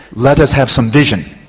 let us have some vision.